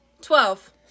Twelve